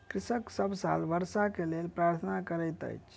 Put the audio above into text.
कृषक सभ साल वर्षा के लेल प्रार्थना करैत अछि